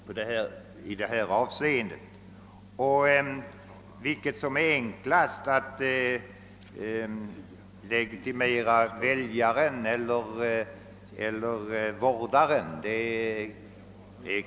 Det är väl svårt att med bestämdhet uttala sig om vilket som är enklast: att identifiera väljaren eller vårdaren.